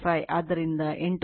5 ಆದ್ದರಿಂದ 8